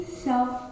self